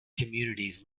communities